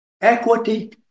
equity